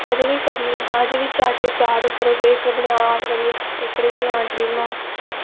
अज़े बी करनी आं अज़ें बी चार्ट उप्पर एह् कनेहा बनाई आर्ट करियै एह्कड़ा ट्री बना